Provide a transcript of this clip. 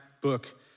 book